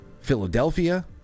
Philadelphia